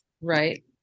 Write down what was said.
Right